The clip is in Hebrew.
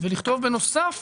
ולכתוב בנוסף